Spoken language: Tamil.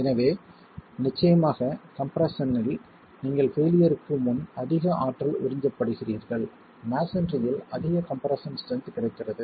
எனவே நிச்சயமாக கம்ப்ரெஸ்ஸன்ல் நீங்கள் பெயிலியர்க்கு முன் அதிக ஆற்றல் உறிஞ்சப்படுகிறீர்கள் மஸோன்றியில் அதிக கம்ப்ரெஸ்ஸன் ஸ்ட்ரென்த் கிடைக்கிறது